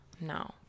no